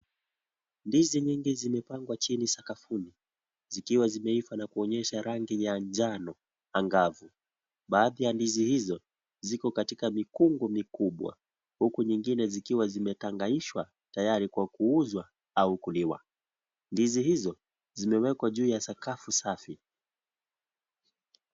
Ndizi nyingi zimepangwa chini sakafuni zikiwa zimeiva na kuonyesha rangi ya njano angavu baadhi ya ndizi hizo ziko katika mikungu mikubwa huku zingine zikiwa zimekangaishwa tayari kwa kuuzwa au kuliwa. Ndizi hizo zimewekwa juu ya sakafu safi.